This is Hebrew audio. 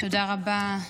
תודה רבה.